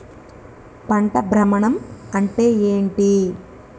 పంట భ్రమణం అంటే ఏంటి?